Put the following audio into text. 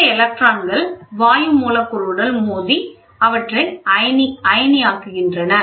இந்த எலக்ட்ரான்கள் வாயு மூலக்கூறுகளுடன் மோதி அவற்றை அயனியாக்குகின்றன